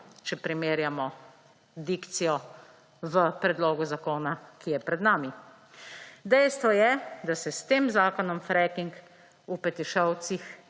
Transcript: če primerjam dikcijo v predlogu zakona, ki je pred nami. Dejstvo je, da se s tem zakonom freakinga v Petišovcih